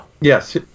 Yes